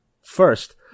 First